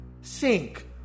Sink